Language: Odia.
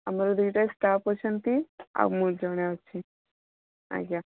ଆମର ଦୁଇଟା ଷ୍ଟାଫ୍ ଅଛନ୍ତି ଆଉ ମୁଁ ଜଣେ ଅଛି ଆଜ୍ଞା